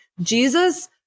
Jesus